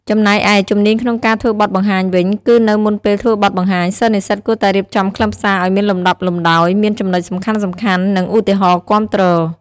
ចំណែកឯ ជំនាញក្នុងការធ្វើបទបង្ហាញវិញ គឺនៅមុនពេលធ្វើបទបង្ហាញ សិស្សនិស្សិតគួរតែរៀបចំខ្លឹមសារឲ្យមានលំដាប់លំដោយ មានចំណុចសំខាន់ៗ និងឧទាហរណ៍គាំទ្រ។